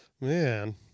man